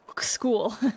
school